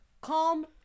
calm